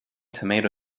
tomato